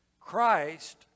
Christ